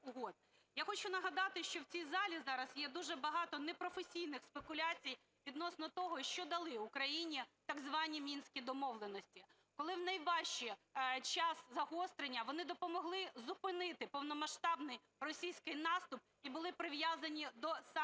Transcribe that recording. Я хочу нагадати, що в цій залі зараз є дуже багато непрофесійних спекуляцій відносно того, що дали Україні так звані Мінські домовленості, коли в найважчий час загострення вони допомогли зупинити повномасштабний російський наступ і були прив'язані до санкцій проти